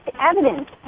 evidence